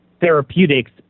therapeutics